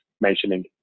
mentioning